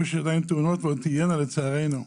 ויש עדיין תאונות ועוד תהיינה לצערנו.